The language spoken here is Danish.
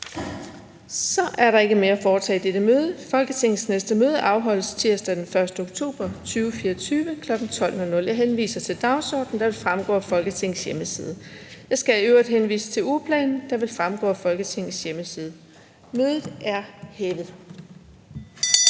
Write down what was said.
Så er der ikke mere at foretage i dette møde. Folketingets næste møde afholdes tirsdag den 1. oktober 2024, kl. 12.00. Jeg henviser til den dagsorden, der vil fremgå af Folketingets hjemmeside. Jeg skal i øvrigt henvise til ugeplanen, der vil fremgå af Folketingets hjemmeside. Mødet er hævet.